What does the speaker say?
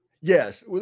Yes